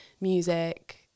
music